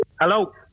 Hello